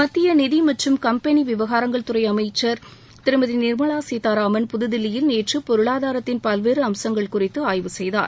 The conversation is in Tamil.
மத்திய நிதி மற்றும் கம்பெனி விவகாரங்கள் துறை அமைச்சர் திருமதி நிர்மலா சீத்தாராமன் புதுதில்லியில் நேற்று பொருளாதாரத்தின் பல்வேறு அம்சங்கள் குறித்து ஆய்வு செய்தார்